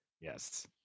Yes